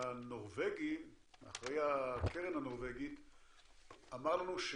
אחראי הקרן הנורבגי אמר לנו,